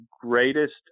greatest